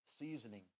seasoning